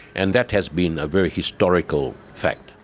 and that has been a very historical fact.